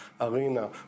arena